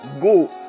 Go